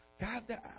God